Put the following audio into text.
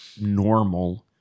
normal